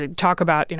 talk about, you know,